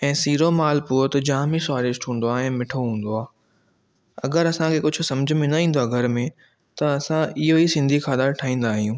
ऐं सीरो माल पुओ त जाम ई स्वादिष्ट हूंदो आहे ऐं मिठो हूंदो आहे अगरि असां खे कुझु सम्झ में न ईंदो आहे घर में त असां इहो ई सिंधी खाधा ठाहींदा आहियूं